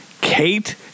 Kate